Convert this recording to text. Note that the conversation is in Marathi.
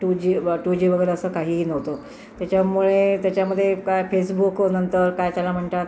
टू जी व टू जी वगैरे असं काहीही नव्हतं त्याच्यामुळे त्याच्यामध्ये काय फेसबुक नंतर काय त्याला म्हणतात